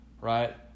right